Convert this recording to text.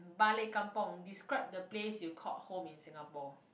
balik kampung describe the place you called home in singapore